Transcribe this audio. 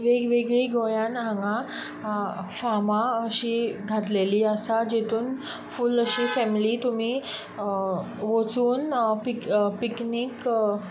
वेगवेगळी गोंयांत हांगा फामां अशीं घातलेलीं आसा जितून फूल अशी फॅमिली तुमी वचून पिक पिकनीक